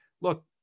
look